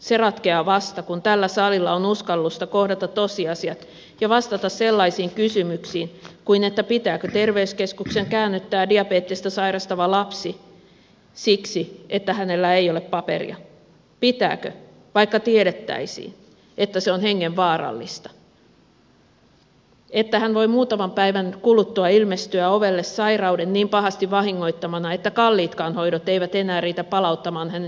se ratkeaa vasta kun tällä salilla on uskallusta kohdata tosiasiat ja vastata sellaisiin kysymyksiin kuin pitääkö terveyskeskuksen käännyttää diabetesta sairastava lapsi siksi että hänellä ei ole paperia pitääkö vaikka tiedettäisiin että se on hengenvaarallista että hän voi muutaman päivän kuluttua ilmestyä ovelle sairauden niin pahasti vahingoittamana että kalliitkaan hoidot eivät enää riitä palauttamaan hänen terveyttään